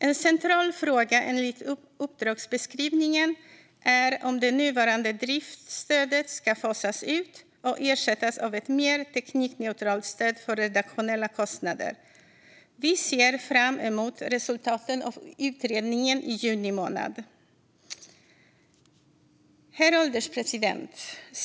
En central fråga enligt uppdragsbeskrivningen är om det nuvarande driftsstödet ska fasas ut och ersättas av ett mer teknikneutralt stöd för redaktionella kostnader. Vi ser fram emot resultaten av utredningen i juni. Herr ålderspresident!